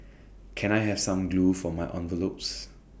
can I have some glue for my envelopes